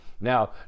Now